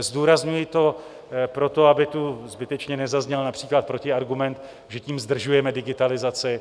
Zdůrazňuji to proto, aby tu zbytečně nezazněl například protiargument, že tím zdržujeme digitalizaci.